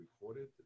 recorded